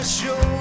show